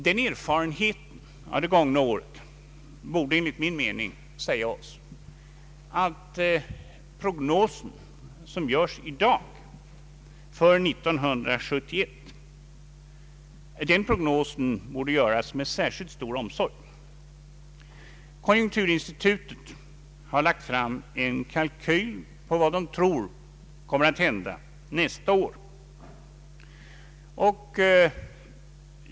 Denna erfarenhet av det gångna året borde enligt min mening säga oss att den prognos som görs i dag för 1971 borde göras med särskilt stor omsorg. Konjunkturinstitutet har lagt fram en kalkyl över vad man tror kommer att hända nästa år.